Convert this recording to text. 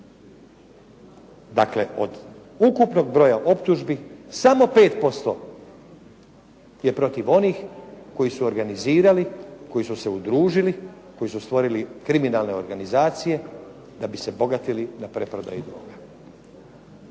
Dakle, od ukupnog broja optužbi samo 5% je protiv onih koji su organizirali, koji su se udružili, koji su stvorili kriminalne organizacije da bi se bogatili na preprodaji droge.